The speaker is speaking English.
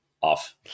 off